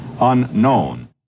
unknown